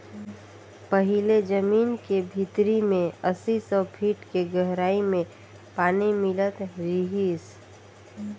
पहिले जमीन के भीतरी में अस्सी, सौ फीट के गहराई में पानी मिलत रिहिस